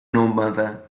nómada